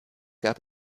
gab